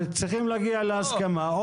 הרי צריכים להגיע להסכמה.